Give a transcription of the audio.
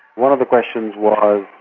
one of the questions was,